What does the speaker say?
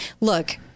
Look